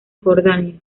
jordania